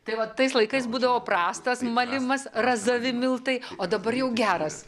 tai va tais laikais būdavo prastas malimas razavi miltai o dabar jau geras